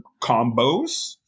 combos